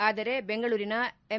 ಆದರೆ ಬೆಂಗಳೂರಿನ ಎಂ